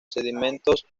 sedimentos